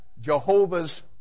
Jehovah's